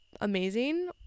amazing